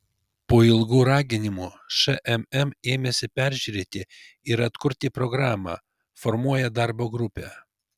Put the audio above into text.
po ilgų raginimų šmm ėmėsi peržiūrėti ir atkurti programą formuoja darbo grupę